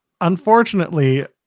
unfortunately